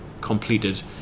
completed